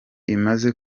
imaze